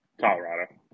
Colorado